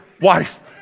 wife